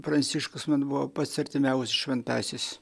pranciškus man buvo pats artimiausias šventasis